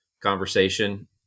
conversation